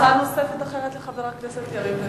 הצעה אחרת נוספת לחבר הכנסת יריב לוין,